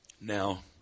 now